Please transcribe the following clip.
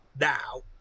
now